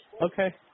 Okay